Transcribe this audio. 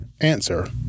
Answer